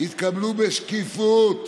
יתקבלו בשקיפות